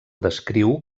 descriu